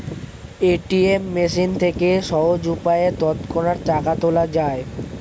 ATM machine থেকে সহজ উপায়ে তৎক্ষণাৎ টাকা তোলা যায়